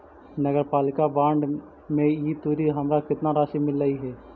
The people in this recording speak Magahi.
नगरपालिका बॉन्ड में ई तुरी हमरा केतना राशि मिललई हे?